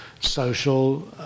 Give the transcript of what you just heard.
social